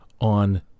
on